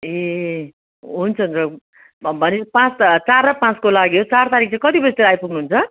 ए हुन्छ हुन्छ भनेपछि पाँच चार र पाँचको लागि हो चार तारिक चाहिँ कति बजीतिर आइपुग्नुहुन्छ